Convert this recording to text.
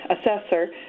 assessor